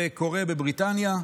זה קורה בבריטניה,